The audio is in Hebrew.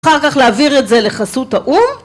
‫אחר כך להעביר את זה לחסות האו״ם.